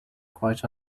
quite